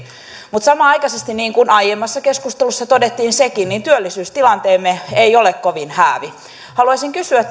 mutta samanaikaisesti niin kuin aiemmassa keskustelussa todettiin sekin työllisyystilanteemme ei ole kovin häävi haluaisin kysyä työministeriltä